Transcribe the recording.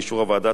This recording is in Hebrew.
תקנות לעניין